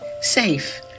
safe